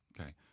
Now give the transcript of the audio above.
Okay